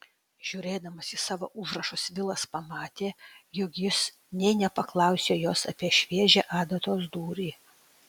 žiūrėdamas į savo užrašus vilas pamatė jog jis nė nepaklausė jos apie šviežią adatos dūrį